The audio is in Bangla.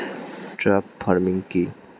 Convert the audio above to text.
ট্রাক ফার্মিং কি?